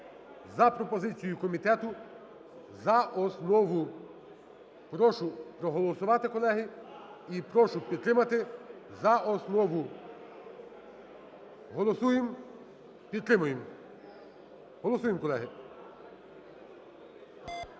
за пропозицією комітету за основу. Прошу проголосувати, колеги, і прошу підтримати за основу. Голосуємо, підтримуємо! Голосуємо, колеги!